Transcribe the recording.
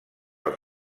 els